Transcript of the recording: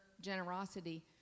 generosity